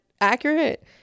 Accurate